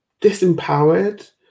disempowered